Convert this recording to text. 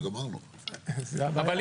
אם אני